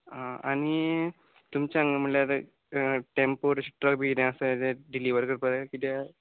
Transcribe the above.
आ आनी तुमच्या हांगां म्हळ्ळ्यार टँपोर अशें ट्रक बी कितें आसा तें डिलिवर करपा कित्याक